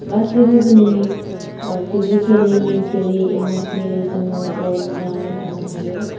गासैबो जोंनि physically mentally emotionally जोङो ग्रौथ खालामनो हायो